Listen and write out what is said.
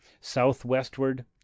southwestward